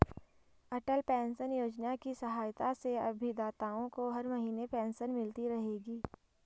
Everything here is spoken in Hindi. अटल पेंशन योजना की सहायता से अभिदाताओं को हर महीने पेंशन मिलती रहेगी